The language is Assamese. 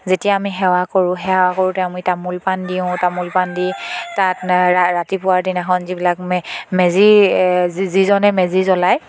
যেতিয়া আমি সেৱা কৰোঁ সেৱা কৰোঁতে আমি তামোল পাণ দিওঁ তামোল পাণ দি তাত ৰ ৰাতিপুৱাৰ দিনাখন যিবিলাক মেজি যিজনে মেজি জ্বলায়